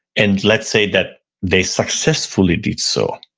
and let's say that they successfully did so,